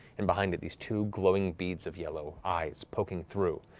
and behind it these two glowing beads of yellow eyes poking through,